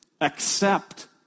accept